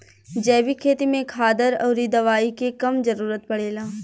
जैविक खेती में खादर अउरी दवाई के कम जरूरत पड़ेला